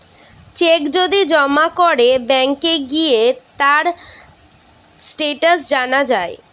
check যদি জমা করে ব্যাংকে গিয়ে তার স্টেটাস জানা যায়